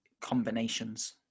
combinations